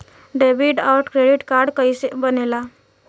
Debit और credit card कईसे बने ने ला?